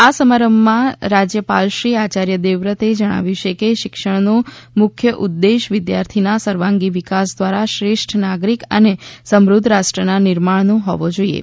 આ સમારંભ માં રાજ્યપાલશ્રી આયાર્ય દેવવ્રતે જણાવ્યુ છે કે શિક્ષણનો મુખ્ય ઉદ્દેશ વિદ્યાર્થીના સર્વાંગી વિકાસ દ્વારા શ્રેષ્ઠ નાગરિક અને સમૃદ્ધ રાષ્ટ્રના નિર્માણનો હોવો જોઇએ